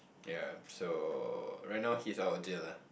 ya so right now he's out of jail ah